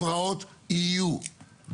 הפרעות יהיו,